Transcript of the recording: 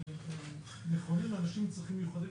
שהם נכונים לאנשים עם צרכים מיוחדים.